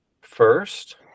first